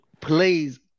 plays